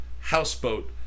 houseboat